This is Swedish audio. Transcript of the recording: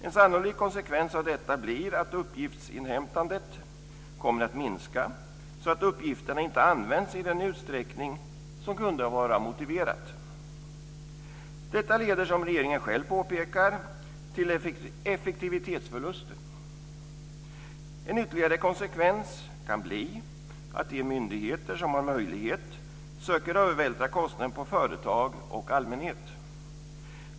En sannolik konsekvens av detta blir att uppgiftsinhämtandet kommer att minska, så att uppgifterna inte används i den utsträckning som kunde vara motiverad. Detta leder, som regeringen själv påpekar, till effektivitetsförluster. En ytterligare konsekvens kan bli att de myndigheter som har möjlighet härtill söker övervältra kostnaderna på företag och allmänhet.